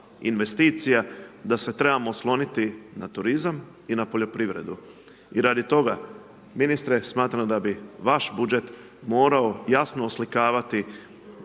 investicija, da se trebamo osloniti na turizam i na poljoprivredu i radi toga ministre, smatram da bi vaš budžet morao jasno oslikavati